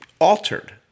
altered